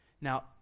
Now